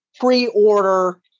pre-order